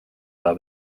teda